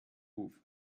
ruf